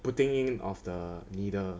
putting in of the needle